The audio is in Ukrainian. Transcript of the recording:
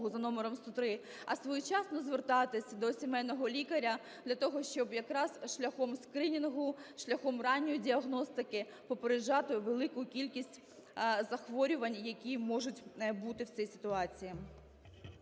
за номером 103, а своєчасно звертатися до сімейного лікаря для того, щоб якраз шляхом скринінгу, шляхом ранньої діагностики попереджати велику кількість захворювань, які можуть бути в цій ситуації.